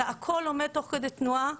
אתה הכול לומד תוך כדי תנועה.